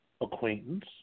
acquaintance